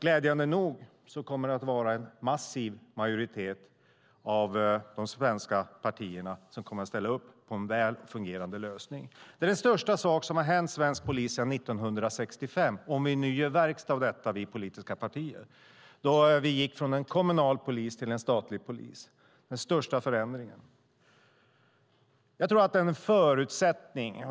Glädjande nog kommer en massiv majoritet av de svenska partierna att ställa upp på en väl fungerande lösning. Om vi politiska partier nu gör verkstad av detta är det den största sak som hänt svensk polis sedan 1965, då vi gick från en kommunal till en statlig polis. Det är den största förändringen.